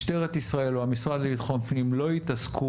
משטרת ישראל או המשרד לביטחון פנים לא יתעסקו